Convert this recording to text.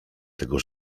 tego